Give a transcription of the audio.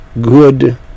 good